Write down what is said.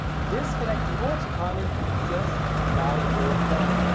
disconnect the autopilot and just fly your plane.